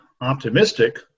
optimistic